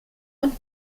und